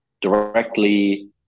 directly